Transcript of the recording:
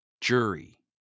jury